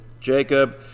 Jacob